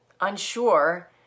unsure